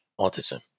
autism